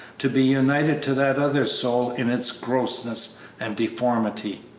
to be united to that other soul in its grossness and deformity?